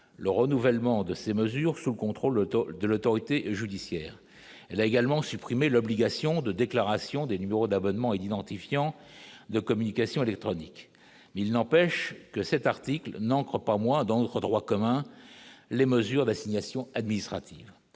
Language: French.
le renouvellement de ces mesures sous contrôle total de l'autorité judiciaire, elle a également supprimer l'obligation de déclaration des numéros d'abonnement et identifiant de communications électroniques mais il n'empêche que cet article n'en croit pas moins dangereux droit commun les mesures d'assignation administrative